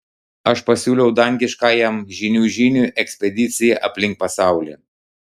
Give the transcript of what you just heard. aš pasiūliau dangiškajam žynių žyniui ekspediciją aplink pasaulį